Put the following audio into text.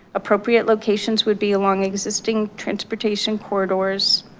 appropriate locations would be along existing transportation corridors.